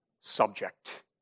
subject